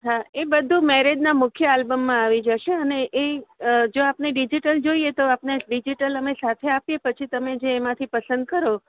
હા એ બધું મેરેજન મુખ્ય આલબમમાં આવી જશે અને એ જો આપને ડિજઈટલ જોઈએ તો ડિજિટલ અમે સાથે આપીએ પછી તમે જે એમાંથી પસંદ કરો